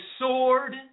sword